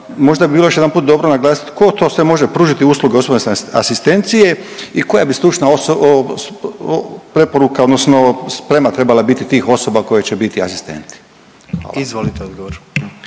možda bi bilo još jedanput naglasiti tko to sve može pružiti uslugu osobne asistencije i koja bi stručna preporuka odnosno sprema trebala biti tih osoba koje će biti asistenti. Hvala.